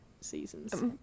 seasons